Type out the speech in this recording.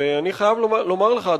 ואני חייב לומר לך,